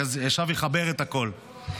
עכשיו אחבר את הכול.